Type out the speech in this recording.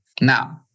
Now